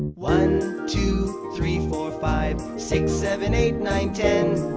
one two three four five, six seven eight nine ten.